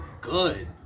good